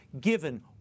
given